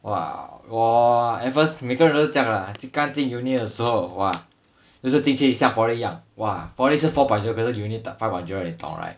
!wah! 我 at first 每个人都这样 lah 刚进 uni 的时候 !wah! 就是进去像 poly 一样 !wah! poly 是 four point zero 可是 uni five point zero 你懂 right